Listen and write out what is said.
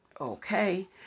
Okay